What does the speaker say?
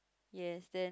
yes then